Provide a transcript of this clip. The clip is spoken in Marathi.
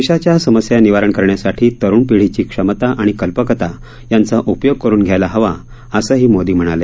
देशाच्या समस्या निवारण करण्यासाठी तरुण पिढीची क्षमता आणि कल्पकता यांचा उपयोग करून घ्यायला हवा असंही मोदी म्हणाले